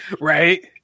Right